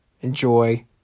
Enjoy